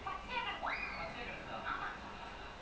honestly if you doing something you like okay you can do all to sixty also